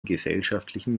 gesellschaftlichen